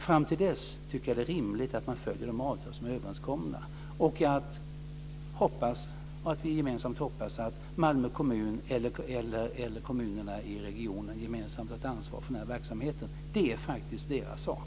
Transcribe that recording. Fram till dess är det rimligt att man följer de avtal som är överenskomna och att vi hoppas att Malmö kommun eller kommunerna i regionen gemensamt tar ansvar för verksamheten. Det är faktiskt deras sak.